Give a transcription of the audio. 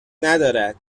ندارد